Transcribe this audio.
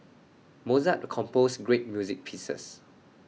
Mozart composed great music pieces